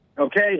Okay